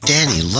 Danny